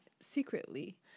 secretly